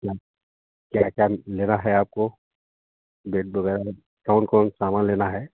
क कैसा लेना है आपको बेड वगैरह कौन कौन स सामान लेना है